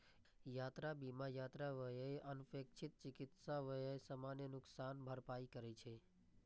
यात्रा बीमा यात्रा व्यय, अनपेक्षित चिकित्सा व्यय, सामान नुकसानक भरपाई करै छै